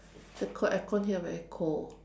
the co~ air con here very cold